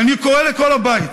ואני קורא לכל הבית: